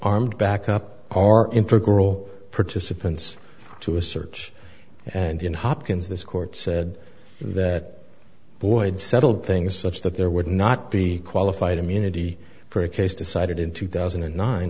armed backup are in for girl participants to a search and in hopkins this court said that boyd settled things such that there would not be qualified immunity for a case decided in two thousand and nine